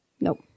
Nope